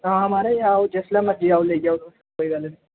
हां महाराज आओ जिसले मर्जी आओ लेई जाओ कोई गल्ल नी